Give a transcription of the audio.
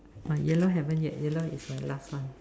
my yellow haven't yet yellow is my last one